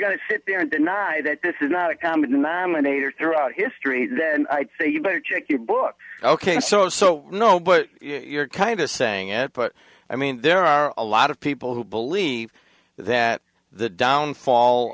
going to sit there and deny that this is not a common denominator throughout history then i'd say you better check your book ok so so no but you're kind of saying it but i mean there are a lot of people who believe that the downfall